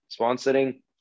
sponsoring